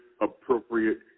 appropriate